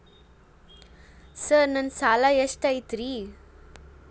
Sir ನನ್ನ ಸಾಲಾ ಎಷ್ಟು ಐತ್ರಿ?